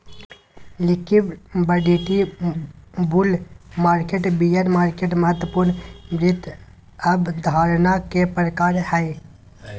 liquidity, bull market, bear market महत्वपूर्ण वित्त अवधारणा के प्रकार हय